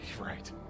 Right